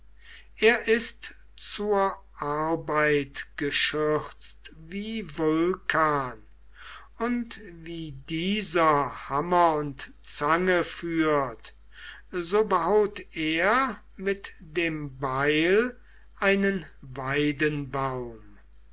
er ist zur arbeit geschürzt wie vulcan und wie dieser hammer und zange führt so behaut er mit dem beil einen